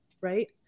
right